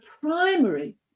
primary